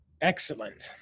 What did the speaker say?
Excellent